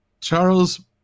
Charles